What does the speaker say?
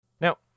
Now